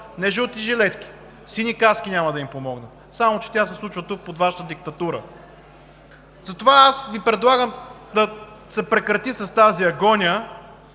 не жълти жилетки, а сини каски няма да им помогнат. Само че тя се случва тук под Вашата диктатура. Затова аз Ви предлагам да се прекрати с тази агония